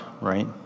right